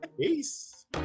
Peace